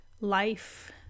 life